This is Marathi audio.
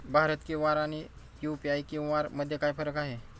भारत क्यू.आर आणि यू.पी.आय क्यू.आर मध्ये काय फरक आहे?